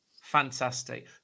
fantastic